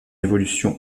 évolution